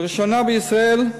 לראשונה בישראל,